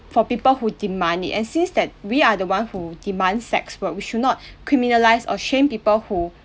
for people who demand it and since that we are the one who demand sex work we should not criminalise or shame people who